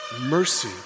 mercy